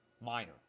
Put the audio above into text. minor